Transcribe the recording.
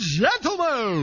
gentlemen